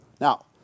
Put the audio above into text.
Now